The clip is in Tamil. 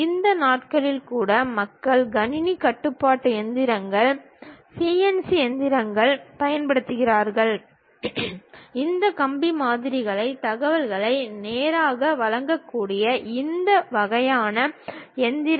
இந்த நாட்களில் கூட மக்கள் கணினி கட்டுப்பாட்டு இயந்திரங்கள் சிஎன்சி இயந்திரங்களைப் பயன்படுத்துகிறார்கள் இந்த கம்பி மாதிரிகள் தகவலை நேராக வழங்கக்கூடிய இந்த வகையான இயந்திரங்கள்